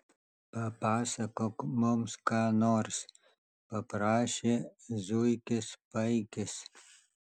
papasakok mums ką nors paprašė zuikis paikis